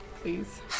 please